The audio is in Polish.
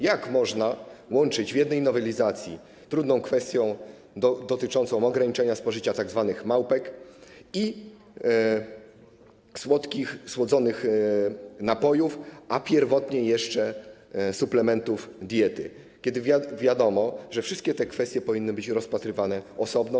Jak można łączyć w jednej nowelizacji trudną kwestię dotyczącą ograniczenia spożycia tzw. małpek i słodzonych napojów - a pierwotnie jeszcze suplementów diety - kiedy wiadomo, że wszystkie te kwestie powinny być rozpatrywane osobno?